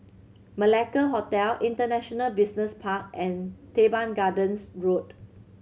Malacca Hotel International Business Park and Teban Gardens Road